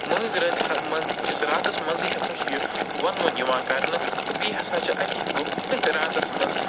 مٲنٛزۍ رٲتۍ منٛز کِس راتَس منٛزٕے ہسا چھِ یہِ وَنوُن یِوان کرنہٕ تہٕ بیٚیہِ ہسا چھِ اَتِکۍ لُکھ أتھٕے راتَس منٛز